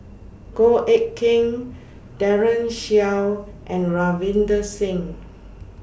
Goh Eck Kheng Daren Shiau and Ravinder Singh